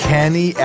Kenny